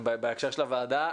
ובהקשר של הוועדה.